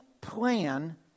plan